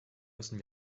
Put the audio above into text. müssen